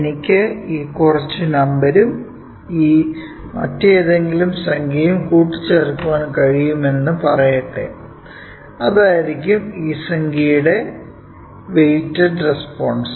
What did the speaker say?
എനിക്ക് ഈ കുറച്ച് നമ്പറും ഈ മറ്റേതെങ്കിലും സംഖ്യയും കൂട്ടിച്ചേർക്കാൻ കഴിയുമെന്ന് പറയട്ടെ അതായിരിക്കും ഈ സംഖ്യയുടെ വെയ്റ്റഡ് റെസ്പോൺസ്